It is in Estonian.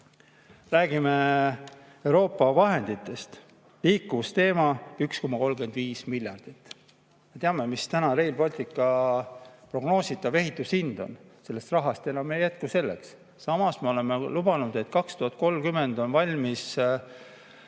Räägime Euroopa vahenditest. Liikuvusteema – 1,35 miljardit. Me teame, mis Rail Balticu prognoositav ehitushind on, sellest rahast enam ei jätku. Samas oleme lubanud, et 2030 on valmis